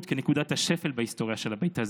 כנקודת השפל בהיסטוריה של הבית הזה,